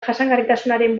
jasangarritasunaren